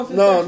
no